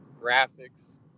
graphics